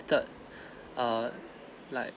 third err like